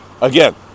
again